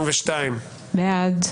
מי נגד?